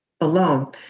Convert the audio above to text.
alone